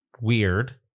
weird